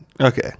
Okay